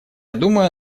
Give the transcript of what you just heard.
думаю